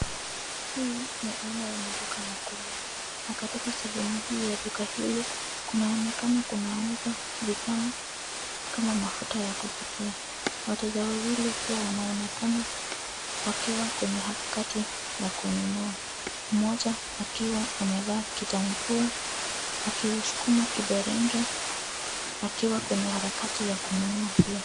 Hii, ni aina ya matuka makubwa na katika sehemu hii ya duka hili kunaonekana kunauzwa bidhaa kama mafuta ya kupikia. Wateja wawili pia wanaonekana wakiwa kwenye harakati ya kununua mmoja akiwa amevaa kitambua akiusukuma kiberenge akiwa kwenye harakati ya kununua.